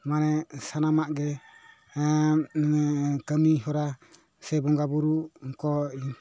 ᱢᱟᱱᱮ ᱥᱟᱱᱟᱢᱟᱜ ᱜᱮ ᱠᱟᱹᱢᱤ ᱦᱚᱨᱟ ᱥᱮ ᱵᱚᱸᱜᱟ ᱵᱩᱨᱩ ᱠᱚ